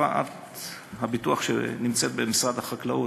חברת הביטוח שנמצאת במשרד החקלאות,